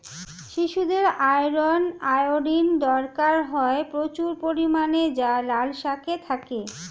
শিশুদের iron, iodine দরকার হয় প্রচুর পরিমাণে যা লাল শাকে থাকে